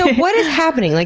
what is happening? like